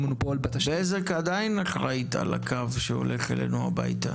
היא מונופול --- בזק עדיין אחראית על הקו שהולך אלינו הביתה.